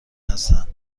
هستند